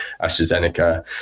astrazeneca